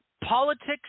Politics